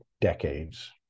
decades